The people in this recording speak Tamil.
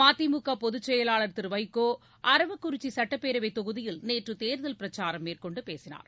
மதிமுக பொதுச் செயலாளர் திரு வைகோ அரவக்குறிச்சி சுட்டப்பேரவைத் தொகுதியில் நேற்று தேர்தல் பிரச்சாரம் மேற்கொண்டு பேசினார்